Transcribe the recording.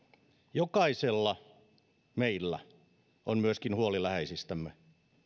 jokaisella meillä on myös huoli läheisistämme